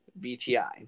VTI